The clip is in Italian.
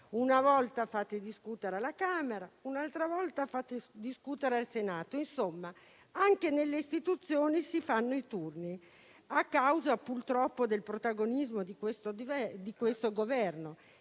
una volta fate discutere i provvedimenti alla Camera, un'altra volta li fate discutere al Senato. Insomma, anche nelle Istituzioni si fanno i turni, a causa purtroppo del protagonismo del Governo,